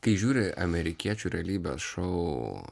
kai žiūri amerikiečių realybės šou